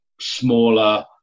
smaller